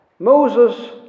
Moses